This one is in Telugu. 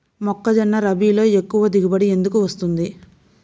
మొక్కజొన్న రబీలో ఎక్కువ దిగుబడి ఎందుకు వస్తుంది?